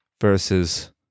versus